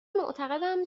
معتقدم